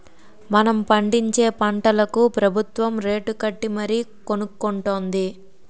మనం పండించే పంటలకు ప్రబుత్వం రేటుకట్టి మరీ కొనుక్కొంటుంది